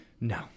No